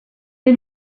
est